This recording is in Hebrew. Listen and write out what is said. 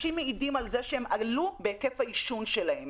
על זה שהם עלו בהיקף העישון שלהם.